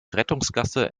rettungsgasse